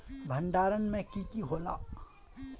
भण्डारण में की की होला?